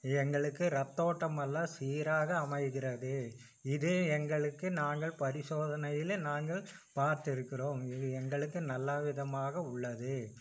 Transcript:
எங்களுக்கு ரத்தோட்டமெல்லாம் சீராக அமைகிறது இது எங்களுக்கு நாங்கள் பரிசோதனையில் நாங்கள் பார்த்திருக்கிறோம் இது எங்களுக்கு நல்ல விதமாக உள்ளது